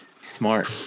smart